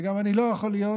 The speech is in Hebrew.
וגם לא יכול להיות